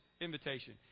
invitation